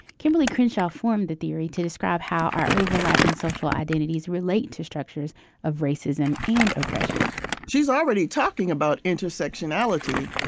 kimberly crenshaw formed the theory to describe how our overlapping social identities relate to structures of racism and oppression she's already talking about intersectionality.